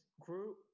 group